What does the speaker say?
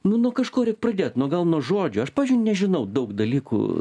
nu nuo kažko reik pradėt nuo gal nuo žodžio aš pavyzdžiui nežinau daug dalykų